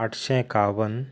आठशें एकावन